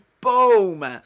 boom